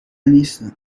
نیستم